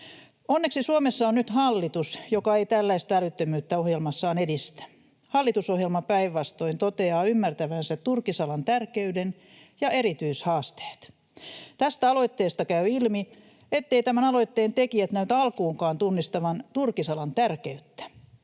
Onneksi Suomessa on nyt hallitus, joka ei tällaista älyttömyyttä ohjelmassaan edistä. Hallitusohjelma päinvastoin toteaa ymmärtävänsä turkisalan tärkeyden ja erityishaasteet. Tästä aloitteesta käy ilmi, etteivät tämän aloitteen tekijät näytä alkuunkaan tunnistavan turkisalan tärkeyttä.